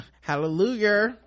hallelujah